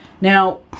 Now